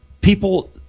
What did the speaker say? people